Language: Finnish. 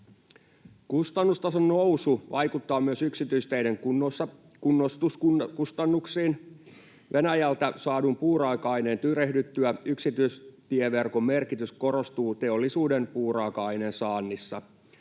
Kustannustason nousu vaikuttaa myös yksityisteiden kunnostuskustannuksiin. Venäjältä saadun puuraaka-aineen tyrehdyttyä yksityistieverkon merkitys korostuu teollisuuden puuraaka-aineen saannissa.